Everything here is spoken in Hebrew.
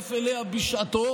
להצטרף אליה בשעתו,